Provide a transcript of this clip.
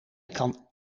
kan